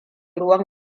ruwan